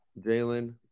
Jalen